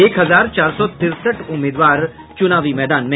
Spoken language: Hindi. एक हजार चार सौ तिरसठ उम्मीदवार चुनावी मैदान में